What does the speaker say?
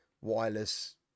wireless